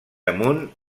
amunt